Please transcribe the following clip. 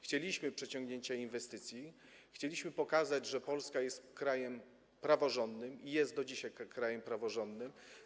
Chcieliśmy przyciągnięcia inwestycji, chcieliśmy pokazać, że Polska jest krajem praworządnym - i jest do dzisiaj krajem praworządnym.